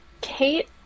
Kate